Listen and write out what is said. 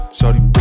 sorry